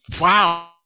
Wow